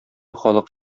халык